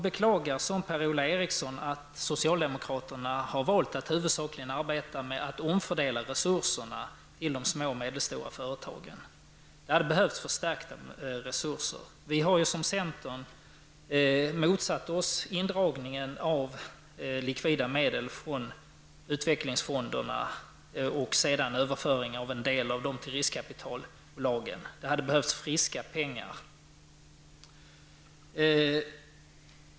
Liksom Per Ola Eriksson beklagar jag att socialdemokraterna har valt att huvudsakligen arbeta med att omfördela resurser till de små och medelstora företagen. De hade behövt förstärkta resurser. Vi från centern har motsatt oss indragningen av likvida medel från utvecklingsfonderna och sedan överföringen av en del av dessa medel till riskkapitalbolagen. Det hade behövts friska pengar.